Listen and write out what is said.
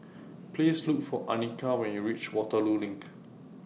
Please Look For Annika when YOU REACH Waterloo LINK